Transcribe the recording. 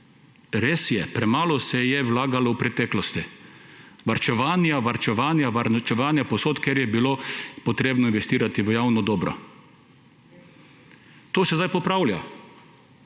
res je, premalo se je vlagalo v preteklosti. Varčevanje, varčevanje, varčevanje povsod, kjer je bilo treba investirati v javno dobro. To se zdaj popravlja,